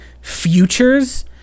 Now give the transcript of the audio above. futures